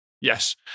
Yes